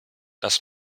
dass